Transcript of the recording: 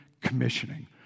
commissioning